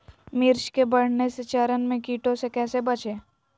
मिर्च के बढ़ने के चरण में कीटों से कैसे बचये?